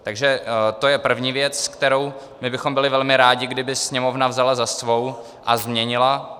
Takže to je první věc, kterou bychom byli velmi rádi, kdyby Sněmovna vzala za svou a změnila.